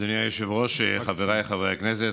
אדוני היושב-ראש, חבריי חברי הכנסת